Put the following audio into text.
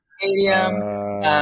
stadium